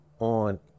on